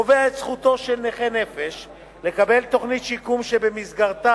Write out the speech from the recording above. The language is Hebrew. קובע את זכותו של נכה נפש לקבל תוכנית שיקום שבמסגרתה